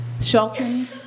Shelton